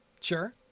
Sure